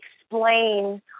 explain